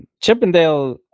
Chippendale